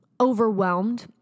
overwhelmed